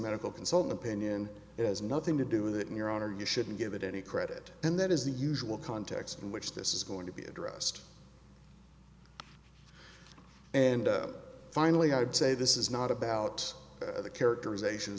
medical consult opinion it has nothing to do with it in your honor you shouldn't give it any credit and that is the usual context in which this is going to be addressed and finally i'd say this is not about the characterizations